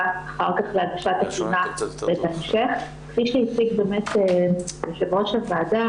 ואחר כך הגשת התלונה --- כפי שהציג באמת יו"ר הוועדה,